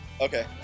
Okay